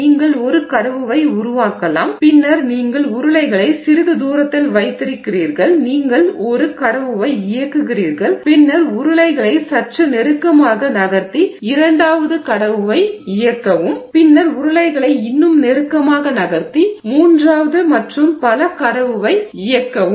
நீங்கள் ஒரு கடவுவை உருவாக்கலாம் பின்னர் நீங்கள் உருளைகளை சிறிது தூரத்தில் வைத்திருக்கிறீர்கள் நீங்கள் ஒரு கடவுவை இயக்குகிறீர்கள் பின்னர் உருளைகளை சற்று நெருக்கமாக நகர்த்தி இரண்டாவது கடவுவை இயக்கவும் பின்னர் உருளைகளை இன்னும் நெருக்கமாக நகர்த்தி மூன்றாவது மற்றும் பல கடவுவை இயக்கவும்